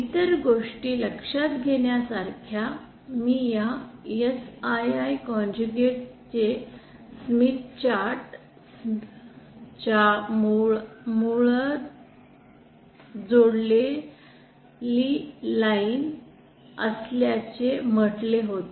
इतर गोष्टी लक्षात घेण्यासारख्या मी या SII कॉन्जुगेट ते स्मिथ चार्ट च्या मुळत जोडलेली लाईन असल्याचे म्हटले होते